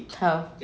how